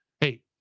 hey